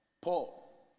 Paul